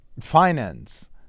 finance